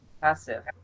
passive